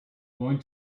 going